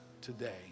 today